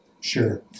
Sure